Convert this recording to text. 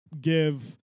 give